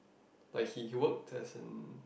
like he he worked as in